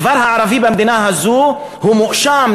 כבר הערבי במדינה הזו הוא מואשם,